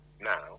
now